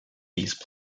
these